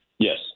yes